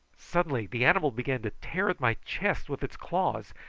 suddenly the animal began to tear at my chest with its claws,